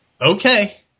Okay